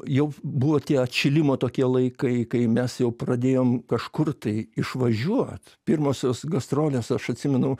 jau buvo tie atšilimo tokie laikai kai mes jau pradėjom kažkur tai išvažiuot pirmosios gastrolės aš atsimenu